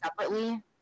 separately